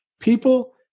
People